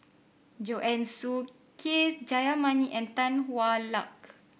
Joanne Soo K Jayamani and Tan Hwa Luck